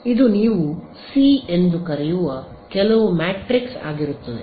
ಇದು ನೀವು ಸಿ ಎಂದು ಕರೆಯುವ ಕೆಲವು ಮ್ಯಾಟ್ರಿಕ್ಸ್ ಆಗಿರುತ್ತದೆ